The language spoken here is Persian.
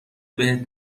بهت